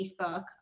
Facebook